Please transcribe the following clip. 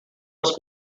was